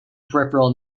peripheral